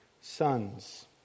sons